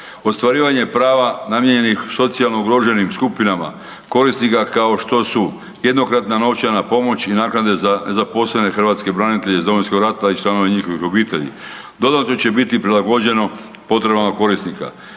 ostvarivanje prava namijenjenih socijalno ugroženim skupinama korisnika kao što su jednokratna novčana pomoć i naknade za nezaposlene hrvatske branitelje iz Domovinskog rata i članovima njihovih obitelji, dodatno će biti prilagođeno potrebama korisnika,